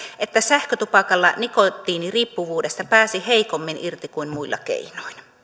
että sähkötupakalla nikotiiniriippuvuudesta pääsi heikommin irti kuin muilla keinoin